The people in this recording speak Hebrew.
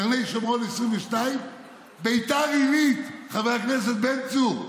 קרני שומרון, 22, ביתר עילית, חבר הכנסת בן צור,